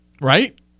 Right